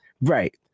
Right